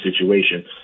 situation